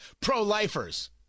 pro-lifers